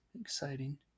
exciting